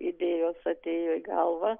idėjos atėjo į galvą